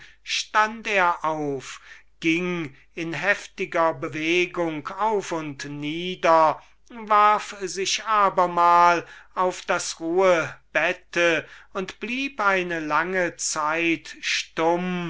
stund er auf ging in heftiger bewegung auf und nieder warf sich abermal auf das ruhbette und blieb eine lange zeit stumm